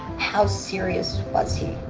how serious was he?